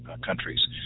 countries